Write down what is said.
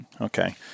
Okay